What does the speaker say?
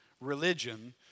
religion